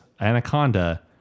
Anaconda